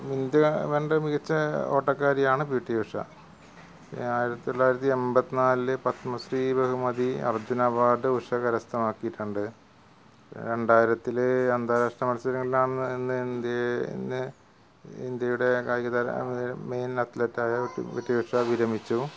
India കണ്ട മികച്ച ഓട്ടക്കാരിയാണ് പി ടി ഉഷ ആയിരത്തി തൊള്ളായിരത്തി എൺപത്തിനാലില് പത്മശ്രീ ബഹുമതി അർജുന അവാർഡ് ഉഷ കരസ്ഥമാക്കിയിട്ടുണ്ട് രണ്ടായിരത്തില് അന്താരാഷ്ട്ര മത്സരങ്ങളിലാണ് ഇന്ത്യനെ ഇന്ത്യയുടെ കായിക താര മെയിൻ അത്ലറ്റായ പി ടി ഉഷ വിരമിച്ചു